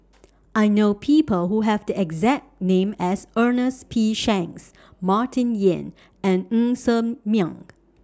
I know People Who Have The exact name as Ernest P Shanks Martin Yan and Ng Ser Miang